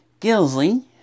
Gilsley